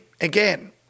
again